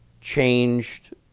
changed